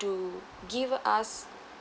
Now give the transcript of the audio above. to give us